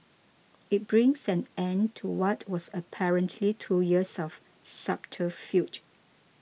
it brings an end to what was apparently two years of subterfuge